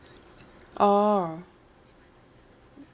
orh